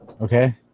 Okay